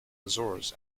azores